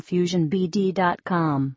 FusionBD.com